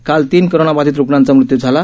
काल तीन कोरोना बाधित रुग्णांचा मृत्यू झाला